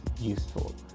useful